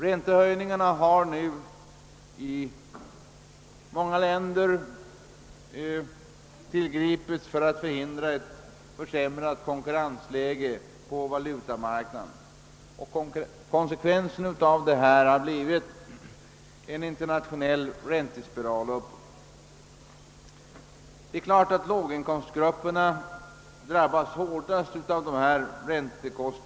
Räntehöjningar har nu i många länder tillgripits för att förhindra ett försämrat konkurrensläge på valutamarknaden, och konsekvensen av detta har blivit en internationell räntespiral uppåt. Självfallet drabbas låginkomstgrupperna hårdast av den prisoch kost .